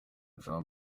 trump